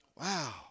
Wow